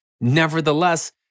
nevertheless